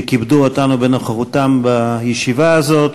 שכיבדו אותנו בנוכחותם בישיבה הזאת.